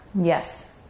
Yes